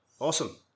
Awesome